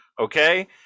okay